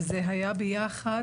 וזה היה ביחד,